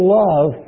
love